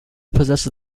possesses